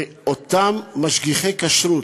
ואותם משגיחי כשרות,